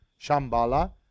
Shambhala